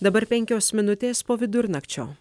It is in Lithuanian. dabar penkios minutės po vidurnakčio